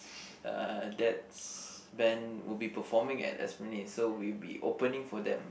uh dad's band will be performing at Esplanade so we'll be opening for them